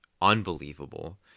unbelievable